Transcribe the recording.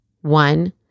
One